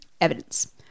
evidence